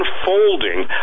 unfolding